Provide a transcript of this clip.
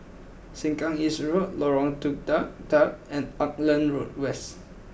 Sengkang East Road Lorong Tukang Dua Dua and Auckland Road West